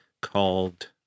called